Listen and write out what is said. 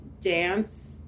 dance